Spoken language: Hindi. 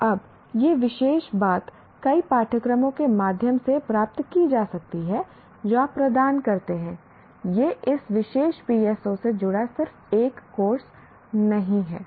अब यह विशेष बात कई पाठ्यक्रमों के माध्यम से प्राप्त की जा सकती है जो आप प्रदान करते हैं यह इस विशेष PSO से जुड़ा सिर्फ एक कोर्स नहीं है